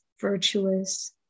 virtuous